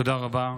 תודה רבה.